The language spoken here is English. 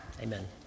Amen